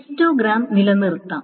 histogram നിലനിർത്താം